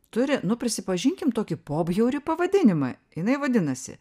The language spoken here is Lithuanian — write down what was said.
turi nu prisipažinkim tokį pobjaurį pavadinimą jinai vadinasi